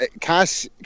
Cash